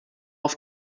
auf